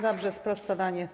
Dobrze, sprostowanie.